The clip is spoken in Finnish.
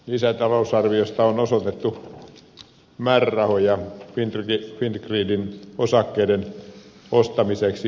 lisätalousarviossa on osoitettu määrärahoja fingridin osakkeiden ostamiseksi valtiolle